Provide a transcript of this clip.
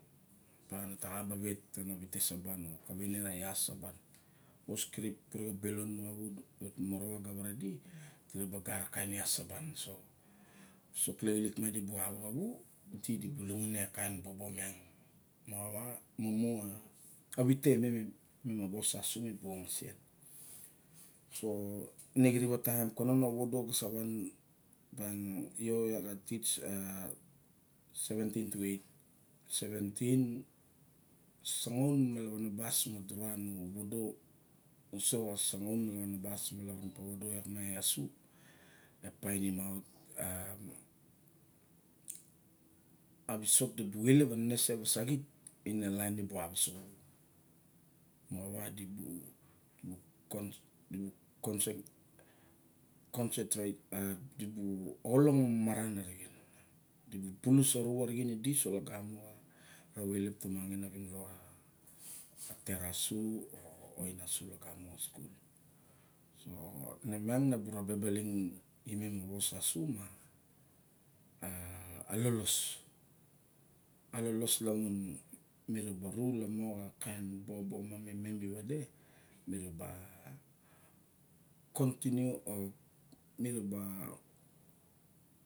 Opa ne ta xa ba vet ta na vite saban. Kaweine ma ra ias saban. Wo kirip kure a belon maxa wo, morowa ga vare di, di ra ba gat a yas saban so a visok lixlik miong di bu a wa kaw da, di bulunguse a kain bobo miang. Moxawa mumu a vite imem a wos a su mi bu oxisen. So ine xirip a taim kanon a vovado ga savan opiang yia iat a titoa a seventin tu eit, seventin sangaun ma lawanabas ma durana vovodo uso xa sangaun ma lawanabas malarun poredo lak ma yio e esu. E painim aut a, a visok di bu ilep a nenese wa saxit ine a lain di bu. Moxaiva di bu halong maran arixe di bu bulus orup rixin idi uso lagamo ra wa ilop. Aumangin a viro xa tet asu o ain asu laga me xa skul. Mon. iang na ba raba balin imem a vos asu ma lolos, lamun mi ra ba ru lamo xa kain bobo ma mi vade miraba continue o miraba.